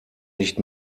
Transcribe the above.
nicht